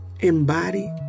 embody